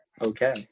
Okay